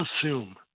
assume